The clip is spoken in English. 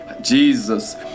Jesus